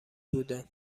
بوده